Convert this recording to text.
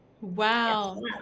Wow